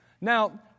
now